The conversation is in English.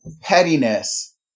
pettiness